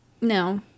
no